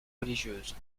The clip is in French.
religieuses